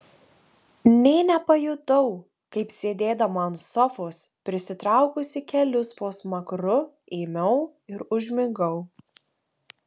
nė nepajutau kaip sėdėdama ant sofos prisitraukusi kelius po smakru ėmiau ir užmigau